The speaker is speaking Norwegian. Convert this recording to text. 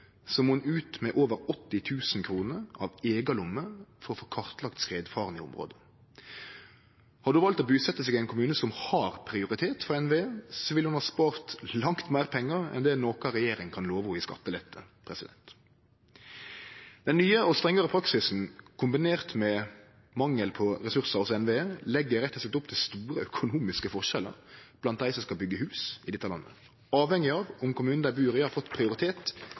må ho ut med over 80 000 kroner av eiga lomme for å få kartlagt skredfaren i området. Hadde ho valt å busetje seg i ein kommune som har prioritet frå NVE, ville ho ha spart langt meir pengar enn det noka regjering kan love henne i skattelette. Den nye og strengare praksisen kombinert med mangel på ressursar hos NVE legg rett og slett opp til store økonomiske forskjellar blant dei som skal byggje hus i dette landet, avhengig av om kommunen dei bur i, har fått prioritet,